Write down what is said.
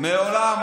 מעולם,